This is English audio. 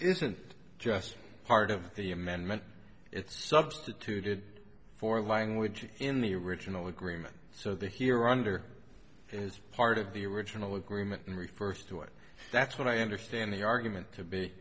isn't just part of the amendment it's substituted for language in the original agreement so the here under is part of the original agreement and refers to it that's what i understand the argument to be